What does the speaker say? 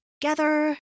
together